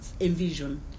Envision